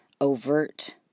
overt